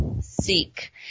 seek